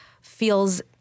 feels